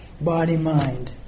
body-mind